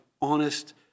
honest